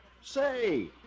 say